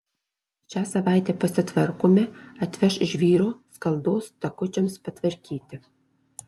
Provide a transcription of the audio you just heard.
šią savaitę pasitvarkome atveš žvyro skaldos takučiams patvarkyti